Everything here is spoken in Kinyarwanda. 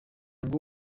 ngo